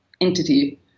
entity